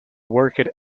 worked